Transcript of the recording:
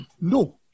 No